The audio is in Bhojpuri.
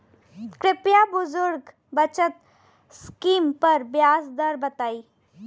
कृपया बुजुर्ग बचत स्किम पर ब्याज दर बताई